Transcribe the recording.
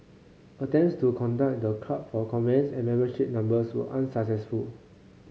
attempts to contact the club for comments and membership numbers were unsuccessful